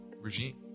regime